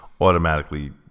automatically